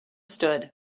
stood